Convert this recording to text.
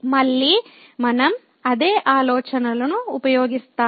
మళ్ళీ మనం అదే ఆలోచనను ఉపయోగిస్తాము